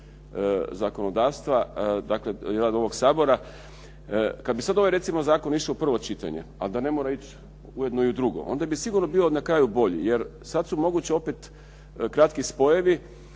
zakonodavstva, dakle i rad ovog Sabora, kad bi sad ovaj recimo zakon išao u prvo čitanje, a da ne mora ići ujedno i u drugo, onda bi sigurno bio na kraju bolji jer sad su mogući opet kratki spojevi